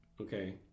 Okay